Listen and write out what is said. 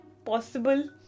Possible